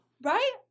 right